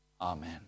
Amen